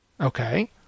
Okay